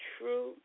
true